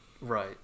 right